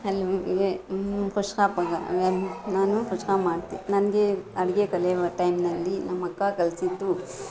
ನಾನು ಕುಷ್ಕಾ ಮಾಡ್ತೆನೆ ನನಗೆ ಅಡುಗೆ ಕಲಿಯುವ ಟೈಮ್ನಲ್ಲಿ ನಮ್ಮಕ್ಕ ಕಲಿಸಿದ್ದು